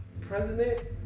president